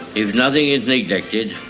if nothing is neglected,